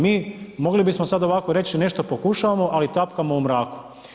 Mi mogli bismo sada ovako reći, pokušavamo ali tapkamo u mraku.